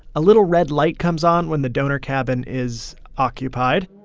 a little red light comes on when the donor cabin is occupied.